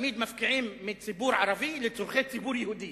תמיד מפקיעים מציבור ערבי לצורכי ציבור יהודי.